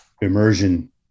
immersion